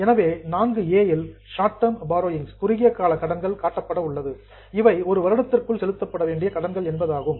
எனவே 4 இல் short term borrowings குறுகிய கால கடன்கள் காட்டப்பட்டுள்ளது இவை ஒரு வருடத்திற்குள் செலுத்தப்பட வேண்டிய கடன்கள் என்பதாகும்